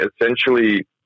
essentially